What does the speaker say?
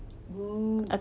!woo!